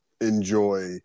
enjoy